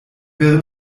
wäre